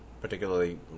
particularly